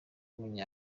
muri